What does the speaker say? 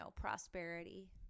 prosperity